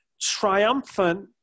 triumphant